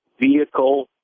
Vehicle